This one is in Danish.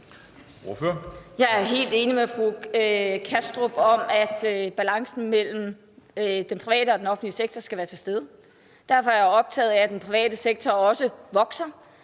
Jeg er helt enig med fru May-Britt Kattrup i, at balancen mellem den private og den offentlige sektor skal være til stede. Derfor er jeg også optaget af, at den private sektor vokser.